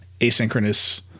asynchronous